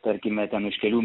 tarkime ten iš kelių